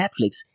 Netflix